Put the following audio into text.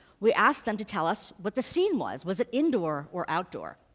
we ask them to tell us what the scene was, was it indoor or outdoor.